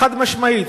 חד-משמעית,